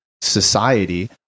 society